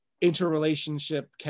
interrelationship